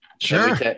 Sure